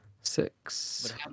six